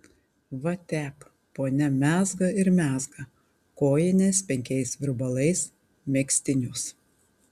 va tep ponia mezga ir mezga kojines penkiais virbalais megztinius